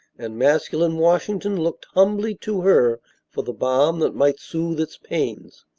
and masculine washington looked humbly to her for the balm that might soothe its pains.